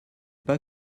pas